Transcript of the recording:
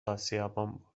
اسیابان